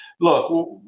Look